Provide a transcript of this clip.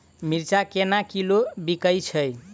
मिर्चा केना किलो बिकइ छैय?